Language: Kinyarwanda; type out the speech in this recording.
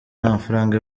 n’amafaranga